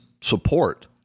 support